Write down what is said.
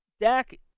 Dak